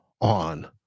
on